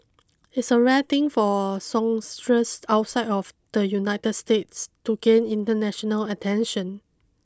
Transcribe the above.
it's a rare thing for songstress outside of the United States to gain international attention